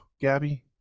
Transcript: Gabby